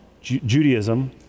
Judaism